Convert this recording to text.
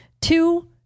two